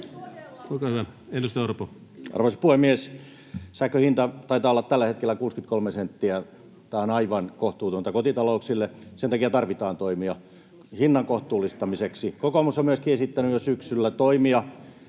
Arvoisa puhemies! Sähkön hinta taitaa olla tällä hetkellä 63 senttiä. Tämä on aivan kohtuutonta kotitalouksille, sen takia tarvitaan toimia hinnan kohtuullistamiseksi. Kokoomus on myöskin esittänyt jo syksyllä toimia,